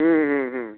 ᱦᱮᱸ ᱦᱮᱸ ᱦᱮᱸ